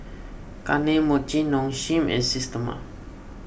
Kane Mochi Nong Shim and Systema